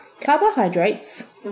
carbohydrates